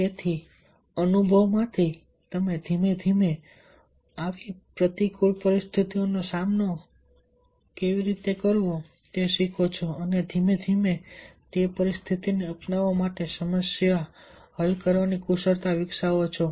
તેથી અનુભવમાંથી ધીમે ધીમે તમે આવી પ્રતિકૂળ પરિસ્થિતિઓનો સામનો કેવી રીતે કરવો તે શીખો છો અને ધીમે ધીમે તમે તે પરિસ્થિતિને અપનાવવા માટે સમસ્યા હલ કરવાની કુશળતા વિકસાવો છો